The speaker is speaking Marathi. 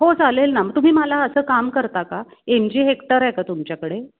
हो चालेल ना मग तुम्ही मला असं काम करता का एम जी हेक्टर आहे का तुमच्याकडे